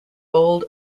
bowled